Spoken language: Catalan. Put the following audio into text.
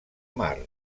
mar